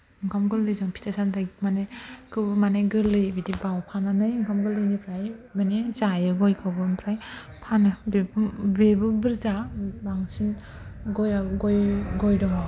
ओंखाम गोरलैजों फिथाइ सामथाय माने बेखौबो माने गोरलै बिदि बावफानानै ओंखाम गोरलैनिफ्राय माने जायो गयखौबो ओमफ्राय फानो बेबो बुरजा बांसिन गयाबो गय गय दङ